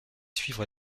suivre